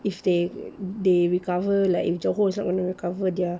if they they recover like if johor is not gonna recover their